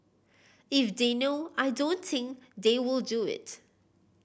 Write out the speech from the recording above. if they know I don't think they will do it